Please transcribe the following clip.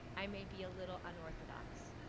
i may be a little unorthodox.